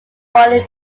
body